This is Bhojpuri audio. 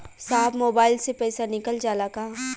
साहब मोबाइल से पैसा निकल जाला का?